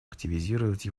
активизировать